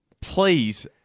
Please